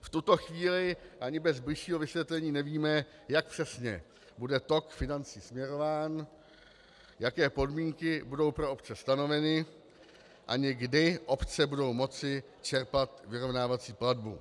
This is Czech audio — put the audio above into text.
V tuto chvíli ani bez bližšího vysvětlení nevíme, jak přesně bude tok financí směrován, jaké podmínky budou pro obce stanoveny a ani kdy obce budou moci čerpat vyrovnávací platbu.